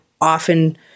often